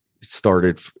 started